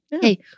Hey